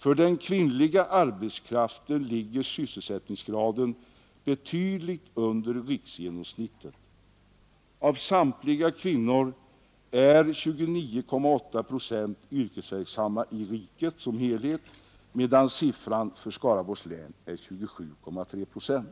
För den kvinnliga arbetskraften ligger sysselsättningsgraden betydligt under riksgenomsnittet. Av samtliga kvinnor är 29,8 procent yrkesverksamma i riket som helhet, medan siffran för Skaraborgs län är 27,3 procent.